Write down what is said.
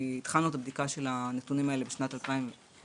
התחלנו את הבדיקה של הנתונים האלה בשנת 2019,